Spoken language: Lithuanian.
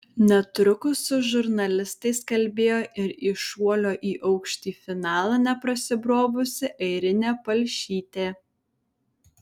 netrukus su žurnalistais kalbėjo ir į šuolio į aukštį finalą neprasibrovusi airinė palšytė